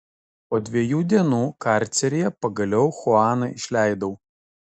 po dviejų dienų karceryje pagaliau chuaną išleidau